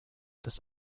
dass